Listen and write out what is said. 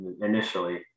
initially